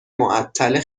معطل